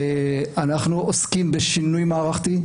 אנחנו עוסקים בשינוי מערכתי.